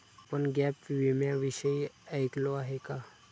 आपण गॅप विम्याविषयी ऐकले आहे का?